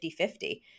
50-50